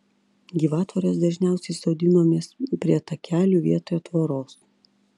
gyvatvorės dažniausiai sodinamos prie takelių vietoj tvoros